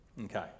okay